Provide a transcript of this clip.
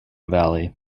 valley